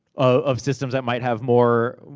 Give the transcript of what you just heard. of systems that might have more,